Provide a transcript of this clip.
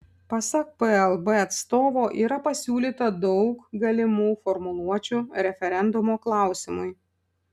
pasak plb atstovo yra pasiūlyta daug galimų formuluočių referendumo klausimui